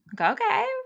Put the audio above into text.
okay